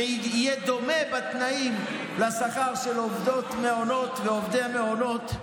שיהיה דומה בתנאים לשכר של עובדות ועובדי המעונות.